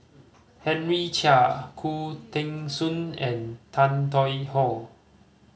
Henry Chia Khoo Teng Soon and Tan Tong Hye